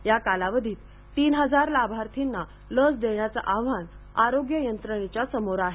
या कालावधीत तीन हजार लाभार्थींना लस देण्याचे आव्हान आरोग्य यंत्रणेने समोर आहे